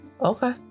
okay